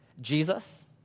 Jesus